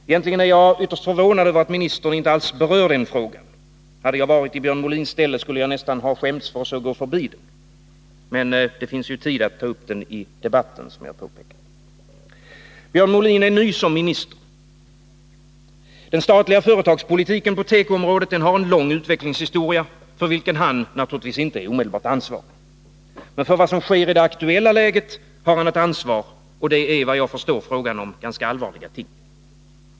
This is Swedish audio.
Egentligen är jag ytterst förvånad över att ministern inte alls berör den frågan — hade jag varit i Björn Molins ställe, skulle jag nästan ha skämts för att så gå förbi den. Men det finns tid att ta upp den i debatten, som jag påpekade. Björn Molin är ny som minister. Den statliga företagspolitiken på tekoområdet har en lång utvecklingshistoria, för vilken han naturligtvis inte är omedelbart ansvarig. Men för vad som sker i det aktuella läget har han ett ansvar, och det är såvitt jag förstår ganska allvarliga ting.